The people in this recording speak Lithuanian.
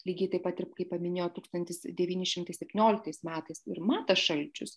lygiai taip pat ir kaip paminėjo tūkstantis devyni šimtai septynioliktais metais ir matas šalčius